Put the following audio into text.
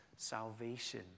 salvation